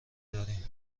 داریم